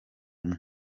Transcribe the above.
umwe